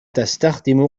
تستخدم